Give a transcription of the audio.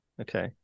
Okay